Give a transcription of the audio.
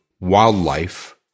wildlife